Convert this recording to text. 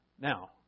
now